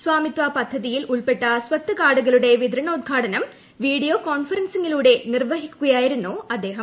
സ്വമിത്വ പദ്ധതിയിൽ ഉൾപ്പെട്ട സ്വത്ത് കാർഡുകളുടെ വിതരണോദ്ഘാടനം വീഡിയോ കോൺഫറൻസിങ്ങിലൂടെ നിർവ്വഹിക്കുകയായിരുന്നു അദ്ദേഹം